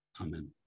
Amen